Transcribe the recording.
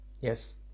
Yes